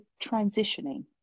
transitioning